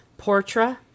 Portra